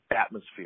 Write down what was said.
atmosphere